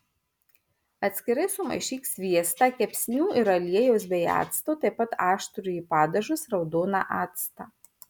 atskirai sumaišyk sviestą kepsnių ir aliejaus bei acto taip pat aštrųjį padažus raudoną actą